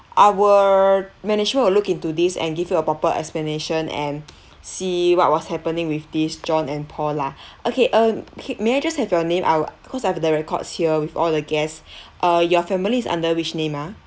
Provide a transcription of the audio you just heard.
our management will look into this and give you a proper explanation and see what was happening with these john and paul lah okay um K may I just have your name I'll cause I have the records here with all the guests uh your family is under which name ah